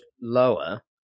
lower